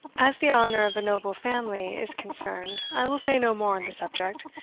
as the honour of a noble family is concerned, i will say no more on the subject,